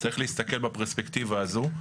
צריך להסתכל בפרספקטיבה הזו.